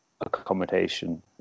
accommodation